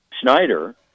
Schneider